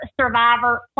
Survivor